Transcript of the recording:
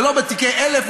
ולא בתיקי 1000,